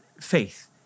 faith